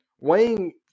Wayne